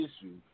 issue